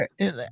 right